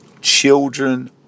Children